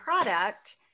product